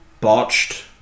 botched